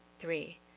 Three